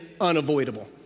unavoidable